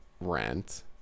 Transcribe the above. rent